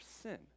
sin